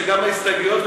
ההסתייגויות,